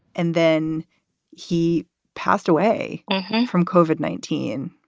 and then he passed away from covid nineteen.